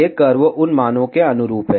ये कर्व उन मानों के अनुरूप हैं